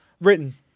written